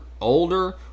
older